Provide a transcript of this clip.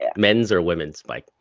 and men's or women's bike?